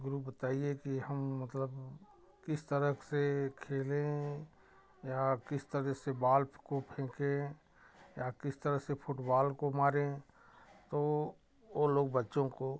गुरु बताइए कि हम मतलब किस तरफ से खेलें या आप किस तरह से बॉल को फेंकें या किस तरह से फूटबॉल को मारें तो वो लोग बच्चों को